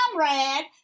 comrade